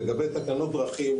לגבי תקנות דרכים,